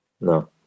No